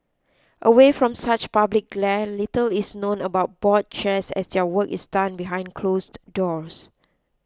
away from such public glare little is known about board chairs as their work is done behind closed doors